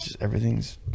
everything's